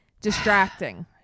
distracting